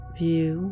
view